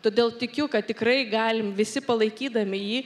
todėl tikiu kad tikrai galim visi palaikydami jį